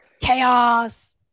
Chaos